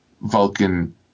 Vulcan